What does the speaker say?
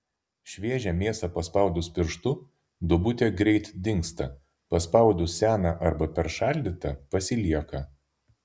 šviežią mėsą paspaudus pirštu duobutė greit dingsta paspaudus seną arba peršaldytą pasilieka